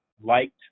liked